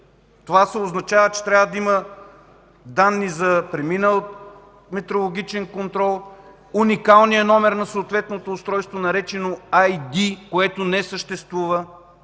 Това означава, че трябва да има данни за преминал метрологичен контрол, уникален номер на съответното устройство, наречено „Ай Ди”, което не съществува.